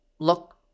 look